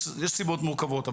יש סיבות מורכבות.